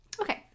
Okay